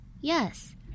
Yes